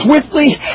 swiftly